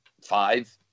five